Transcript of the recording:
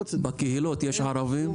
בקהילות יש ערבים?